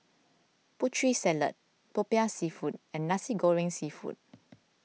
Putri Salad Popiah Seafood and Nasi Goreng Seafood